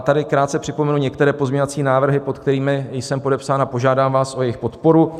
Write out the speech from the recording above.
Tady krátce připomenu některé pozměňovací návrhy, pod kterými jsem podepsán, a požádám vás o jejich podporu.